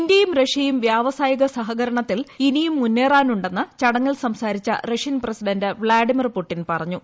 ഇന്ത്യയും റഷ്യയും വ്യാവസായിക സഹകരണത്തിൽ ഇനിയും മുന്നേറാനുണ്ടെന്ന് ചടങ്ങിൽ സംസാരിച്ച റഷ്യൻ പ്രസിഡന്റ് വ്ളാഡിമിർ പുടിൻ പറഞ്ഞു